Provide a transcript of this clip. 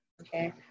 Okay